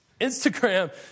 Instagram